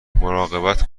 مراقبت